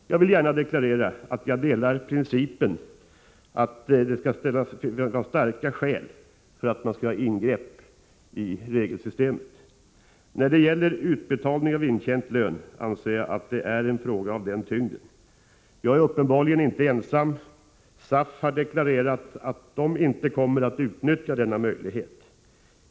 Jag vill gärna deklarera att jag delar den principiella uppfattningen att det krävs starka skäl för att göra ingrepp i denna frihet. Utbetalning av intjänt lön anser jag är en fråga av den tyngden. Jag är uppenbarligen inte ensam. SAF har deklarerat att de inte kommer att utnyttja denna möjlighet.